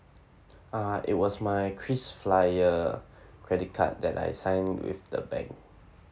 ah it was my krisflyer credit card that I signed with the bank